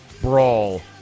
brawl